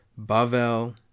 Bavel